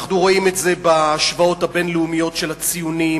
אנחנו רואים את זה בהשוואות הבין-לאומיות של הציונים,